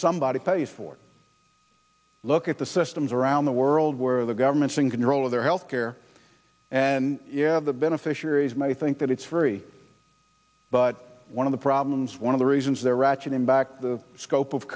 somebody pays for look at the systems around the world where the government's in control of their health care and yeah the beneficiaries may think that it's free but one of the problems one of the reasons they're ratcheting back the scope of